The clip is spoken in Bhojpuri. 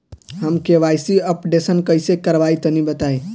हम के.वाइ.सी अपडेशन कइसे करवाई तनि बताई?